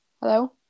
Hello